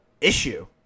issue